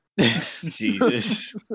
Jesus